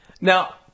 now